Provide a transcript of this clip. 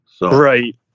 Right